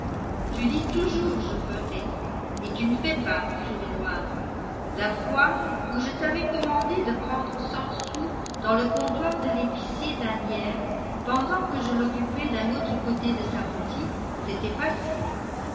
tu dis toujours je ferai et tu ne fais pas sournoise la fois où je t'avais commandé de prendre cent sous dans le comptoir de l'épicier d'asnières pendant que je l'occupais d'un autre côté de sa boutique c'était facile